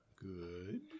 good